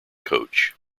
coach